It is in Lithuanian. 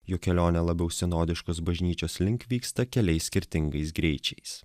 jog kelionė labiau sinodiškos bažnyčios link vyksta keliais skirtingais greičiais